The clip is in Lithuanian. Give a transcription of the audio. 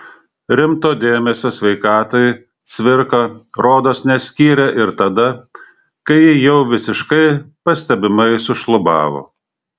rimto dėmesio sveikatai cvirka rodos neskyrė ir tada kai ji jau visiškai pastebimai sušlubavo